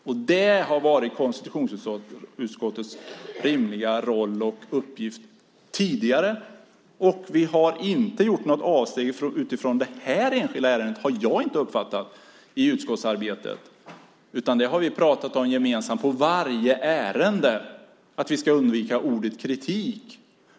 Det har tidigare varit konstitutionsutskottets rimliga roll och uppgift. Vi har inte gjort något avsteg utifrån det här enskilda ärendet - uppfattar jag - i utskottsarbetet, utan i varje ärende har vi gemensamt pratat om att vi ska undvika ordet "kritik".